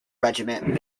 regiment